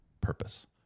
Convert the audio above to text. purpose